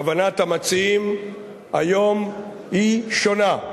כוונת המציעים היום היא שונה,